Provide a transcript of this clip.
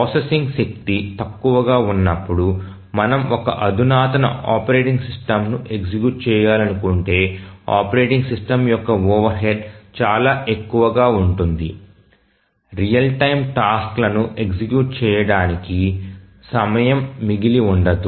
processing శక్తి తక్కువగా ఉన్నప్పుడు మనము ఒక అధునాతన ఆపరేటింగ్ సిస్టమ్ను ఎగ్జిక్యూట్ చేయాలనుకుంటే ఆపరేటింగ్ సిస్టమ్ యొక్క ఓవర్హెడ్ చాలా ఎక్కువగా ఉంటుంది రియల్ టైమ్ టాస్క్ లను ఎగ్జిక్యూట్ చేయడానికి సమయం మిగిలి ఉండదు